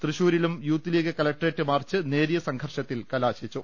തൃശൂ രിലും youth league collectorate march നേരിയ സംഘർഷത്തിൽ കലാ ശിച്ചു